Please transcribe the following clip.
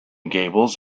gables